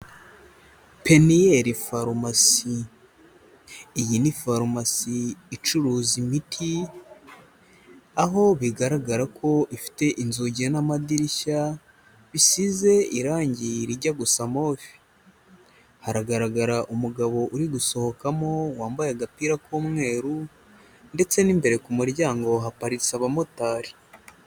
Peniel farumasi. Iyi ni farumasi icuruza imiti, aho bigaragara ko ifite inzugi n'amadirishya bisize irangi rijya gusa move. Haragaragara umugabo uri gusohokamo wambaye agapira k'umweru, ndetse n'imbere ku muryango haparitse abamotari.